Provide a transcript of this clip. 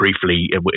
briefly